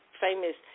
famous